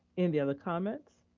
any other comments?